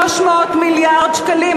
300 מיליארד שקלים.